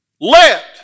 Let